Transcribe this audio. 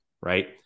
Right